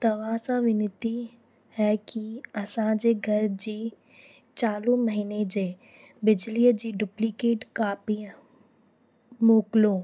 तव्हां सां विनती है की असांजे घर जी चालू महीने जे बिजलीअ जी डुपलीकेट कापीअ मोकिलियो